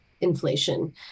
inflation